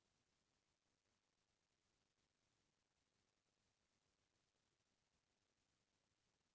परवार के मनखे ह साथ देथे त जादा बनिहार लेगे के जरूरते नइ परय